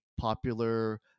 popular